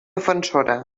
defensora